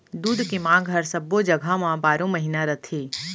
दूद के मांग हर सब्बो जघा म बारो महिना रथे